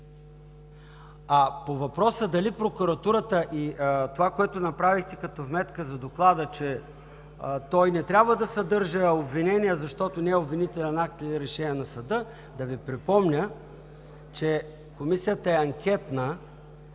А по въпроса дали прокуратурата и това, което направихте като вметка за доклада, че той не трябва да съдържа обвинения, защото не е обвинителен акт или решение на съда, да Ви припомня, че Комисията е анкетна